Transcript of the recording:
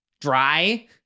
dry